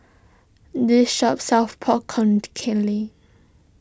this shop sells Pork Con